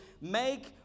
Make